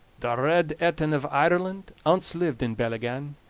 the red etin of ireland ance lived in bellygan,